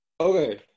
Okay